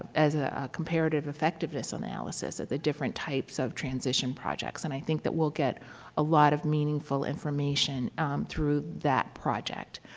as a comparative effectiveness analysis, of the different types of transition projects, and i think that we'll get a lot of meaningful information through that project.